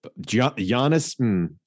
Giannis